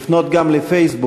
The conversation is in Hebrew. לפנות גם לפייסבוק.